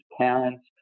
parents